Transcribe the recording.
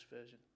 version